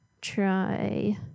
try